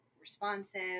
responsive